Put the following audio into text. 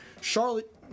Charlotte